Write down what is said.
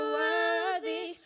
worthy